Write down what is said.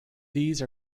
these